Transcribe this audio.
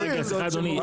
אדוני,